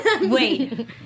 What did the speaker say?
wait